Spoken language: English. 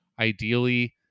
ideally